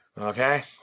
Okay